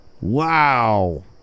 Wow